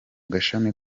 gashami